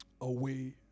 away